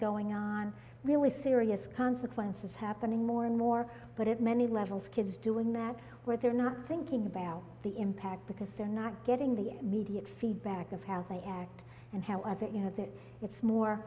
going on really serious consequences happening more and more but at many levels kids doing that where they're not thinking about the impact because they're not getting the immediate feedback of how they act and how other you know that it's more